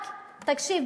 תקשיב,